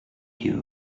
you